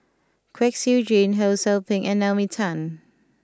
Kwek Siew Jin Ho Sou Ping and Naomi Tan